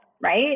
right